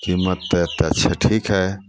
कीमत तऽ एतेक छै ठीक हइ